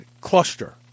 cluster